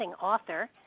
author